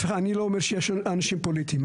אני לא אומר שיש אנשים פוליטיים,